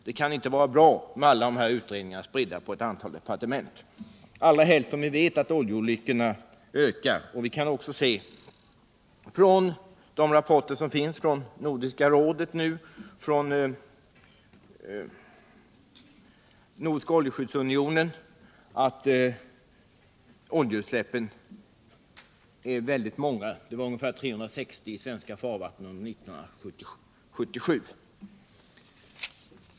Det kan inte vara bra med alla de här utredningarna, som är spridda på ett antal departement —allra helst som vi vet att oljeolyckorna ökar. Vi kan också se av de rapporter som finns från Nordiska rådet och från Nordiska oljeskyddsunionen att oljeutsläppen är väldigt många — ungefär 360 i svenska farvatten under 1977.